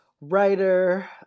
writer